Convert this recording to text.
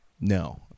no